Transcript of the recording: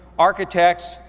architects,